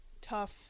tough